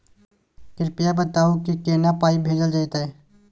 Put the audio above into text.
कृपया बताऊ की केना पाई भेजल जेतै?